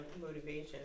motivation